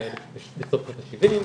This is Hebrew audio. בישראל בסוף שנות ה-70,